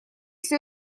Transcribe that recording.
все